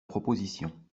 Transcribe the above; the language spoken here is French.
proposition